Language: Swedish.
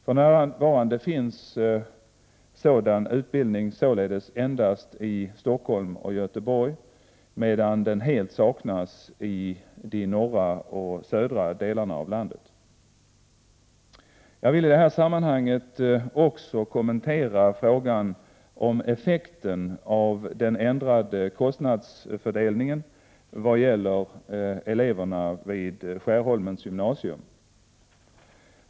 För närvarande finns sådan utbildning således endast i Stockholm och Göteborg, medan den helt saknas i de norra och södra delarna av landet. Jag vill i det här sammanhanget också kommentera frågan om effekten av den ändrade kostnadsfördelningen vad gäller eleverna vid Skärholmens gymnasium.